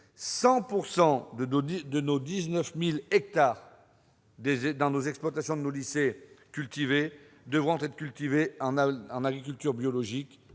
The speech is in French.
100 % des 19 000 hectares d'exploitation de nos lycées devront être cultivés en agriculture biologique